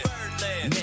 Birdland